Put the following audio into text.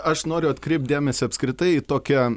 aš noriu atkreipt dėmesį apskritai į tokią